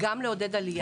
כן.